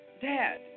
Dad